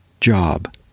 job